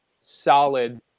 solid